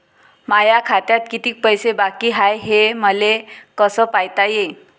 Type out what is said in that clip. माया खात्यात कितीक पैसे बाकी हाय हे मले कस पायता येईन?